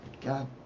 God